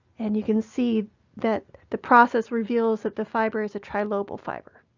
and you can see that the process reveals that the fiber is a trilobal fiber.